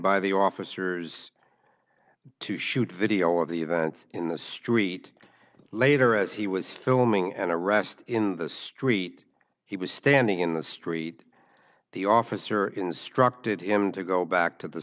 by the officers to shoot video of the event in the street later as he was filming and arrest in the street he was standing in the street the officer instructed him to go back to the